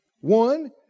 One